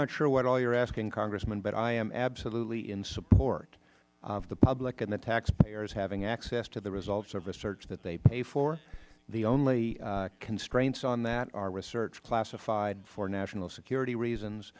not sure what all you are asking congressman but i am absolutely in support of the public and the taxpayers having access to the results of research that they paid for the only constraints on that are research classified for national security reasons